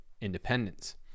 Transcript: independence